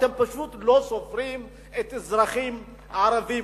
אתם פשוט לא סופרים את האזרחים הערבים.